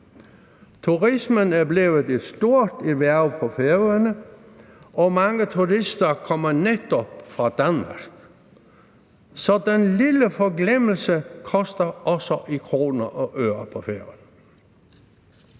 Turismen er blevet et stort erhverv på Færøerne – og mange turister kommer netop fra Danmark. Så den lille forglemmelse koster også i kroner og ører på Færøerne.